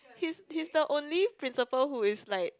he's he's the only principal who is like